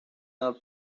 our